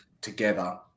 together